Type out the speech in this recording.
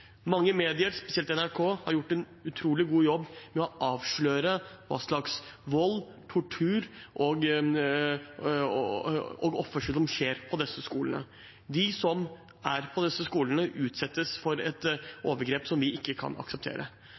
Mange medier, spesielt NRK, har gjort en utrolig god jobb med å avsløre hva slags vold, tortur og oppførsel som skjer på disse skolene. De som er på disse skolene, utsettes for overgrep som vi ikke kan akseptere.